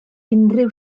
unrhyw